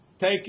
Take